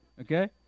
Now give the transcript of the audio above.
okay